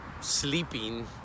sleeping